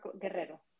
Guerrero